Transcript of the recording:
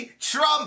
Trump